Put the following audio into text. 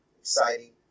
Exciting